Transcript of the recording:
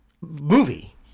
movie